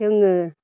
जोङो